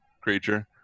creature